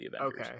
Okay